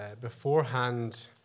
beforehand